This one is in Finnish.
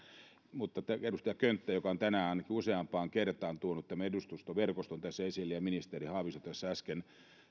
edustaja könttä ainakin on tänään useampaan kertaan tuonut tämän edustustoverkoston esille ja ministeri haavisto tässä äsken